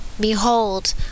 Behold